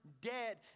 dead